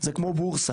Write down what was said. זה כמו בורסה.